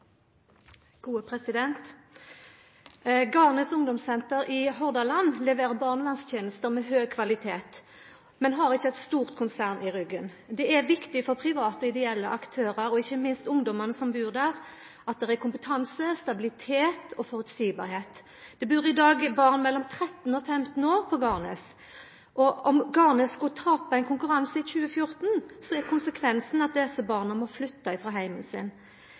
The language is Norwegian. Garnes Ungdomssenter i Hordaland leverer barneverntenester av høg kvalitet, men har ikkje eit stort konsern i ryggen. Det er viktig for private, ideelle aktørar, og ikkje minst for ungdommane som bur der, at det er kompetanse, stabilitet og føreseielege forhold. Det bur i dag barn mellom 13 og 15 år på Garnes. Om Garnes skulle tapa i ein konkurranse i 2014, er konsekvensen at desse barna må flytta frå heimen sin.